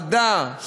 חדה,